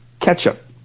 ketchup